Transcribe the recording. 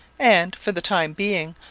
and, for the time being,